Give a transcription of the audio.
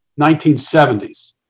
1970s